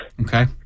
Okay